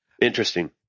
interesting